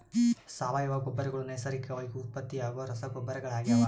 ಸಾವಯವ ಗೊಬ್ಬರಗಳು ನೈಸರ್ಗಿಕವಾಗಿ ಉತ್ಪತ್ತಿಯಾಗೋ ರಸಗೊಬ್ಬರಗಳಾಗ್ಯವ